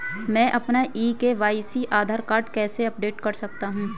मैं अपना e KYC Aadhaar card कैसे अपडेट कर सकता हूँ?